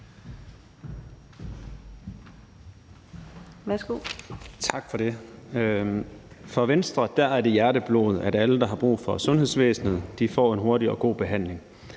(V): Tak for det. For Venstre er det hjerteblod, at alle, der har brug for sundhedsvæsenet, får en hurtig og god behandling.